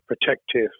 protective